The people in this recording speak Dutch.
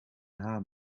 haan